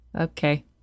Okay